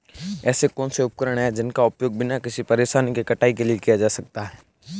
ऐसे कौनसे उपकरण हैं जिनका उपयोग बिना किसी परेशानी के कटाई के लिए किया जा सकता है?